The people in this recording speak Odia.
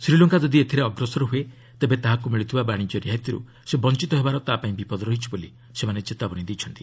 ଶ୍ରୀଲଙ୍କା ଯଦି ଏଥିରେ ଅଗ୍ରସର ହୁଏ ତେବେ ତାହାକୁ ମିଳୁଥିବା ବାଣିଜ୍ୟ ରିହାତିରୁ ସେ ବଞ୍ଚତ ହେବାର ତା' ପାଇଁ ବିପଦ ରହିଛି ବୋଲି ସେମାନେ ଚେତାବନୀ ଦେଇଛନ୍ତି